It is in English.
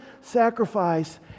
sacrifice